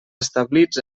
establits